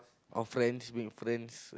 our friends make friends